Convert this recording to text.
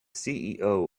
ceo